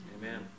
Amen